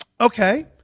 okay